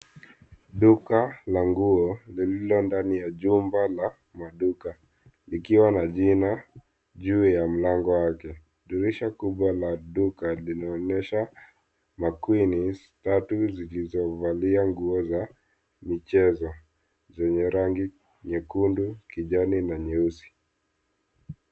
Duka la nguo lililo ndani ya jumba la maduka likiwa na jina juu ya mlango wake. Dirish kubwa la duka linaonyesha makwinis tatu zilizovalia nguo za michezo zenye rangi nyekundu, kijani na nyeusi.